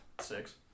Six